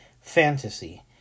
fantasy